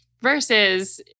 versus